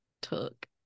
took